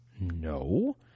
No